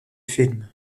film